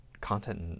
content